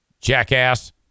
Jackass